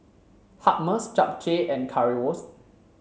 Hummus Japchae and Currywurst